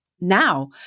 now